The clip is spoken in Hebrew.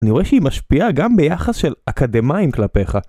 אני רואה שהיא משפיעה גם ביחס של אקדמאים כלפיך